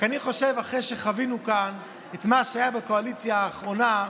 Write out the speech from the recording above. רק שאני חושב שאחרי שחווינו כאן את מה שהיה בקואליציה האחרונה,